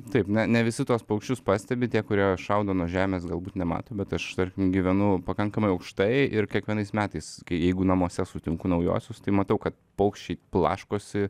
taip ne ne visi tuos paukščius pastebi tie kurie šaudo nuo žemės galbūt nemato bet aš gyvenu pakankamai aukštai ir kiekvienais metais kai jeigu namuose sutinku naujuosius tai matau kad paukščiai blaškosi